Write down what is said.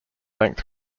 length